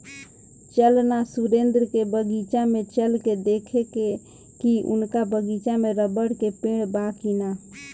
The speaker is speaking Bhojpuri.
चल ना सुरेंद्र के बगीचा में चल के देखेके की उनका बगीचा में रबड़ के पेड़ बा की ना